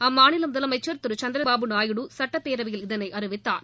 அம்மாநில முதலமைச்சர் திரு சந்திரபாபு நாயுடு சட்டப் பேரவையில் இதனை அறிவித்தார்